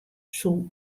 soe